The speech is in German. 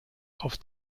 auf